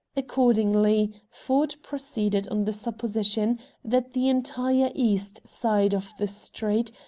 accordingly, ford proceeded on the supposition that the entire east side of the street,